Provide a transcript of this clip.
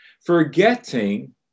Forgetting